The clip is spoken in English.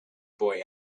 boy